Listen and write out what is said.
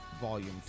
volume